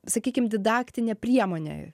sakykim didaktinė priemonė